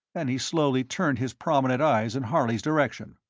and he slowly turned his prominent eyes in harley's direction.